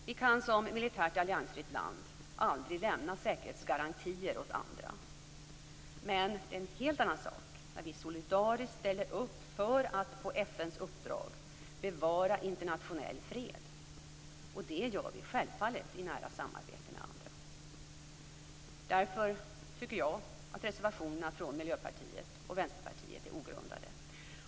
Vi kan som militärt alliansfritt land aldrig lämna säkerhetsgarantier åt andra. Men det är en helt annat sak när vi solidariskt ställer upp för att - på FN:s uppdrag - bevara internationell fred. Det gör vi självfallet i nära samarbete med andra. Därför tycker jag att reservationerna från Miljöpartiet och Vänsterpartiet är ogrundade.